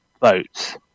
votes